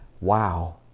wow